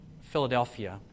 Philadelphia